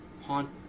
haunt